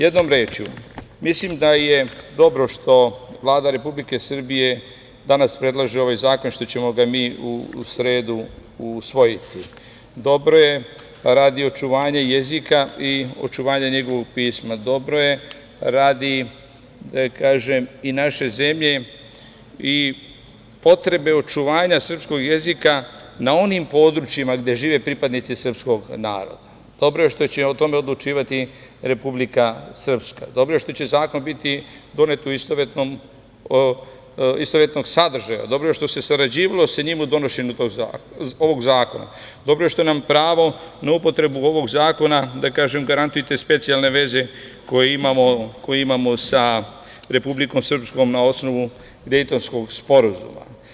Jednom rečju, mislim da je dobro što Vlada Republike Srbije danas predlaže ovaj zakon, što ćemo ga mi u sredu usvojiti, dobro je radi očuvanja jezika i očuvanja njegovog pisma, dobro je radi i naše zemlje i potrebe očuvanja srpskog jezika na onim područjima gde žive pripadnici srpskog naroda, dobro je što će o tome odlučivati Republika Srpska, dobro je što će zakon biti donet u istovetnom sadržaju, dobro je što se sarađivalo sa njima u donošenju ovog zakona, dobro je što nam pravo na upotrebu ovog zakona garantuju te specijalne veze koje imamo sa Republikom Srpskom na osnovu Dejtonskog sporazuma.